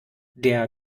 der